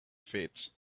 fits